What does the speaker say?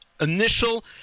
initial